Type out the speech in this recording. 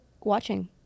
watching